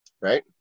Right